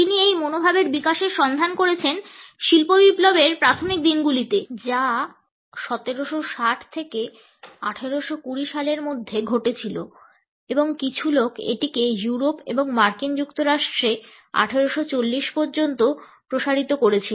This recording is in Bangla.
তিনি এই মনোভাবের বিকাশের সন্ধান করেছেন শিল্প বিপ্লবের প্রাথমিক দিনগুলিতে যা 1760 থেকে 1820 সালের মধ্যে ঘটেছিল এবং কিছু লোক এটিকে ইউরোপ এবং মার্কিন যুক্তরাষ্ট্রে 1840 পর্যন্ত প্রসারিত করেছিল